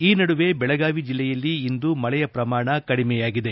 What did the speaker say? ಈ ನಡುವೆ ಬೆಳಗಾವಿ ಜಿಲ್ಲೆಯಲ್ಲಿ ಇಂದು ಮಳೆಯ ಪ್ರಮಾಣ ಕಡಿಮೆಯಾಗಿದೆ